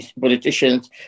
politicians